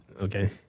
Okay